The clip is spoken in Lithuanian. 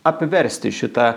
apversti šitą